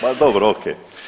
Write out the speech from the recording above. Ma dobro, ok.